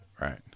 right